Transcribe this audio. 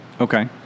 Okay